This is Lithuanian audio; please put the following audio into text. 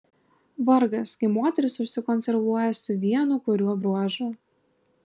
vargas kai moteris užsikonservuoja su vienu kuriuo bruožu